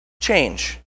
change